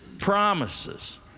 promises